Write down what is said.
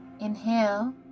Inhale